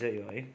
त्यही हो है